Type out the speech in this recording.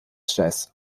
jazz